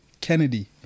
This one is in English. Kennedy